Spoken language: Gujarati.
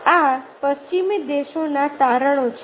આ પશ્ચિમી દેશોના તારણો છે